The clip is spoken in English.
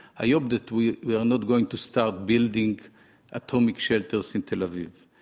i hope that we we are not going to start building atomic shelters in tel aviv.